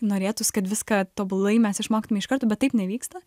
norėtųsi kad viską tobulai mes išmoktume iš karto bet taip nevyksta